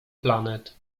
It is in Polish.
planet